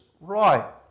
right